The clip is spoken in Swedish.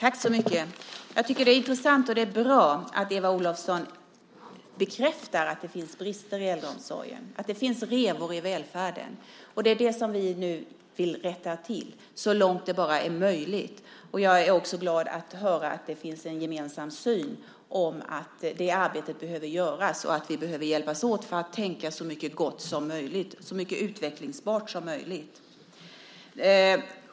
Herr talman! Det är intressant och bra att Eva Olofsson bekräftar att det finns brister i äldreomsorgen, att det finns revor i välfärden. Det är det som vi nu vill rätta till så långt det bara är möjligt. Jag är också glad att höra att det finns en gemensam syn att det arbetet behöver göras. Vi behöver hjälpas åt för att tänka så mycket gott och utvecklingsbart som möjligt.